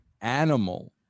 Animal